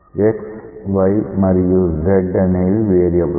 x y మరియు z అనేవి variables